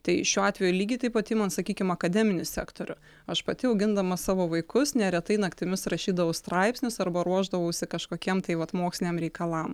tai šiuo atveju lygiai taip pat imant sakykim akademinį sektorių aš pati augindama savo vaikus neretai naktimis rašydavau straipsnius arba ruošdavausi kažkokiem tai vat moksliniam reikalam